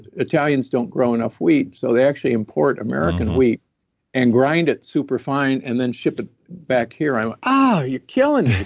italians don't grow enough wheat, so they actually import american wheat and grind it super fine, and then ship it back here. i went, you're killing me.